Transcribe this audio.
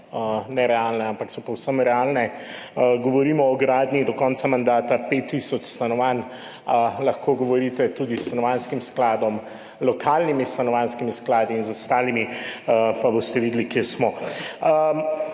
nerealne, ampak so povsem realne. Govorimo o gradnji do konca mandata pet tisoč stanovanj. Lahko govorite tudi s stanovanjskim skladom, lokalnimi stanovanjskimi skladi in z ostalimi, pa boste videli, kje smo.